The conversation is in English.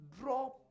Drop